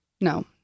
No